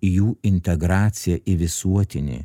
jų integracija į visuotinį